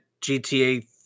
GTA